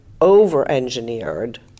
over-engineered